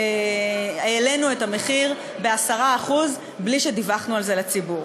העלינו את המחיר ב-10% בלי שדיווחנו על זה לציבור.